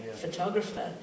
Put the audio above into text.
photographer